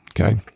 Okay